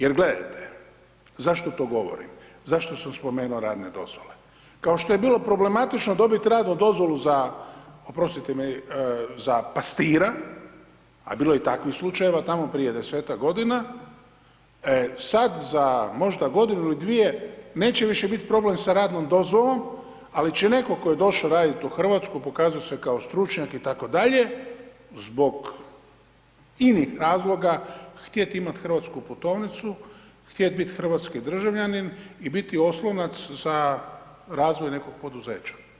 Jer gledajte, zašto to govorim, zašto sam spomenuo radne dozvole, kao što je bilo problematično dobit radnu dozvolu za, oprostite mi, za pastira, a bilo je i takvih slučajeva tamo prije 10-tak godina, sad za možda godinu ili dvije neće više biti problem sa radnom dozvolom ali će neko ko je došo radit u Hrvatsku pokazo se kao stručnjak itd., zbog inih razloga htjet imat Hrvatsku putovnicu, htjet bit hrvatski državljanin i biti oslonac za razvoj nekog poduzeća.